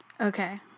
Okay